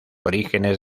orígenes